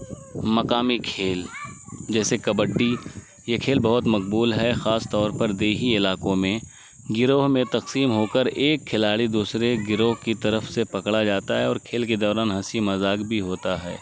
مقامی کھیل جیسے کبڈی یہ کھیل بہت مقبول ہے خاص طور پر دیہی علاقوں میں گروہ میں تقسیم ہو کر ایک کھلاڑی دوسرے گروہ کی طرف سے پکڑا جاتا ہے اور کھیل کے دوران ہنسی مذاق بھی ہوتا ہے